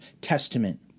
Testament